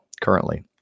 currently